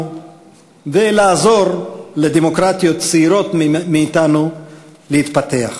ולעזור לדמוקרטיות צעירות מאתנו להתפתח.